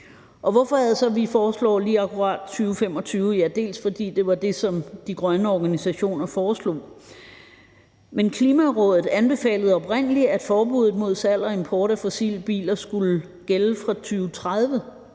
Hvorfor er det så, vi foreslår lige akkurat 2025? Ja, det er bl.a., fordi det var det, som de grønne organisationer foreslog. Men Klimarådet anbefalede oprindelig, at forbuddet mod salg og import af fossile biler skulle gælde fra 2030.